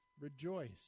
Rejoice